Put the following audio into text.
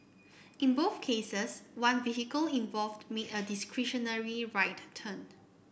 in both cases one vehicle involved made a discretionary right turn